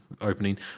opening